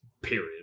period